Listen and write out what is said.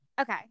Okay